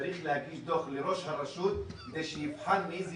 צריך להגיש דוח לראש הרשות כדי שיבחן מאיזה